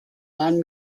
man